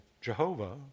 Jehovah